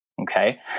Okay